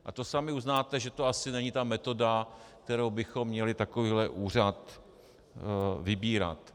A to sami uznáte, že asi není ta metoda, kterou bychom měli takovýhle úřad vybírat.